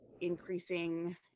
increasing